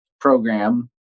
program